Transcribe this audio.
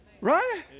Right